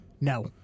No